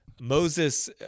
Moses